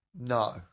No